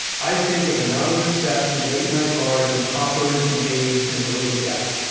i think, of anonymous sex and late-night bars and poppers and aids and early death.